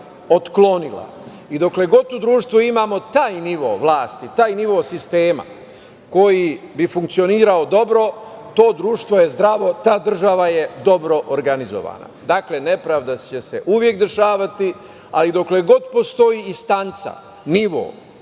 Dokle god to društvo imamo, taj nivo vlasti, taj nivo sistema koji bi funkcionisao dobro, to društvo je zdravo, ta država je dobro organizovana. Dakle, nepravda će se uvek dešavati, ali dokle god postoji instanca, nivo,